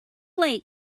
late